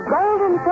Golden